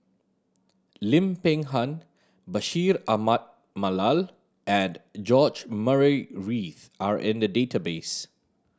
Lim Peng Han Bashir Ahmad Mallal and George Murray Reith are in the database